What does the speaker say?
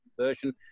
version